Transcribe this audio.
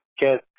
get